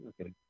Okay